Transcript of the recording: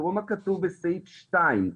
תראו מה כתוב בסעיף 2: